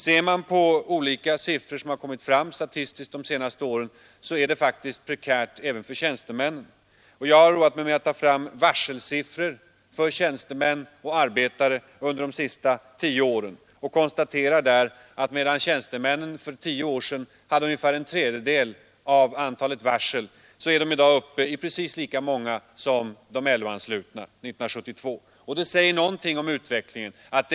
Ser man på olika statistiska siffror som kommit fram under de senaste åren visar det sig att läget faktiskt är prekärt även för tjänstemännen. Jag har tagit fram varselsiffror i kommunen för de senaste tio åren och har då kunnat konstatera att medan en tredjedel av antalet varsel för tio år sedan berörde tjänstemännen, berördes dessa 1972 av precis lika många varsel som de LO-anslutna, dvs. 50 procent. Det säger någonting om utvecklingen.